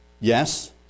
Yes